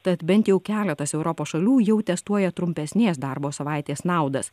tad bent jau keletas europos šalių jau testuoja trumpesnės darbo savaitės naudas